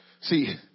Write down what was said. See